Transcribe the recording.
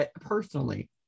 personally